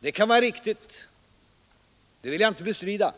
Det kan vara riktigt, det vill jag inte bestrida.